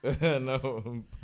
No